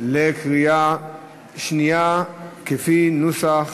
בקריאה שנייה לפי נוסח